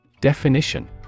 Definition